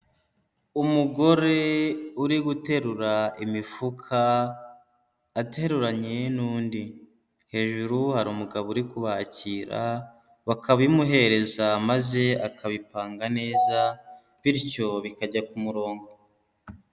Umugore uri guterura imifuka, ateruranye n'undi, hejuru hari umugabo uri kubakira bakabimuhereza maze akabipanga neza, bityo bikajya ku murongo.